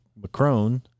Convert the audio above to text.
Macron